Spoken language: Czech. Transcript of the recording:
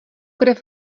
krev